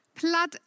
blood